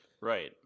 right